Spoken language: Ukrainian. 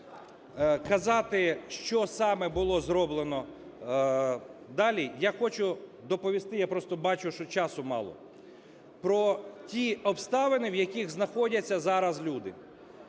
казати, що саме було зроблено далі. Я хочу доповісти, я просто бачу, що часу мало, про ті обставини, в яких знаходяться зараз люди.